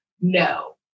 no